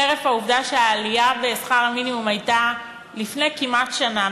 חרף העובדה שהעלייה בשכר המינימום הייתה לפני כמעט שנה,